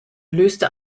löste